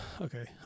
okay